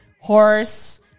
horse